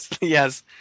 Yes